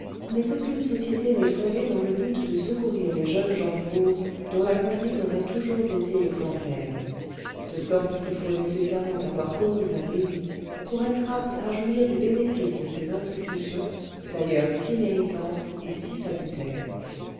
mais aucune société n'est fondée dans le but de secourir les jeunes gens pauvres dont la conduite aurait toujours été exemplaire de sorte qu'il faut nécessairement avoir commis un délit pour être apte à jouir du bénéfice de ces institutions d'ailleurs si méritantes et si salutaires